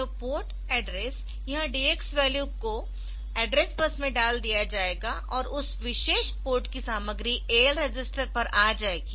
तो port address यह DX value को एड्रेस बस में डाल दिया जाएगा और उस विशेष पोर्ट की सामग्री AL रजिस्टर पर आ जाएगी